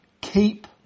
keep